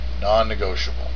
non-negotiable